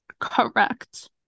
correct